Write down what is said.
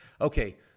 Okay